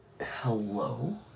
Hello